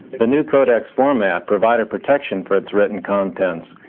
the new codex format provided protection for its written contents,